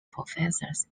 professors